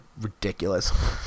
ridiculous